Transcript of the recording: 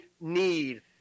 need